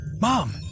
Mom